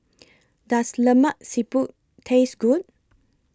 Does Lemak Siput Taste Good